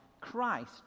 Christ